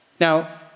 Now